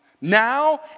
Now